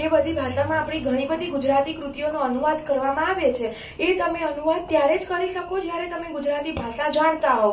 એ બધી ભાષામાં આપણી ઘણી બધી ગુજરાતી કૃતિઓનો અનુવાદ કરવામાં અવે છે એ તમે અનુવાદ ત્યારે જ કરી સકો જ્યારે ગુજરાતી ભાષા જાણતા હો